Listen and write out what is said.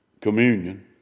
communion